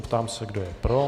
Ptám se, kdo je pro.